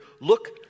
Look